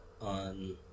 on